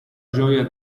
gioia